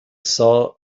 saw